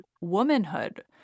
womanhood